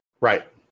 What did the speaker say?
Right